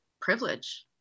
privilege